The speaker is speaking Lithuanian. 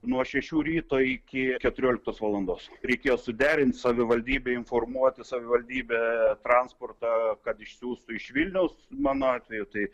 nuo šešių ryto iki keturioliktos valandos reikėjo suderint savivaldybei informuoti savivaldybę transportą kad išsiųstų iš vilniaus mano atveju tai